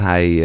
Hij